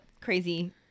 crazy